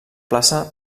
plaça